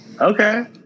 Okay